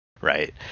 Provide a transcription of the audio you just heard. Right